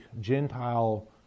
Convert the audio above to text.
gentile